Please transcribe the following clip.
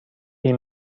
این